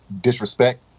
disrespect